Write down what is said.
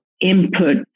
input